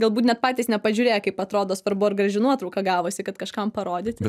galbūt net patys nepažiūrėję kaip atrodo svarbu ar graži nuotrauka gavosi kad kažkam parodyti